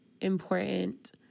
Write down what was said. important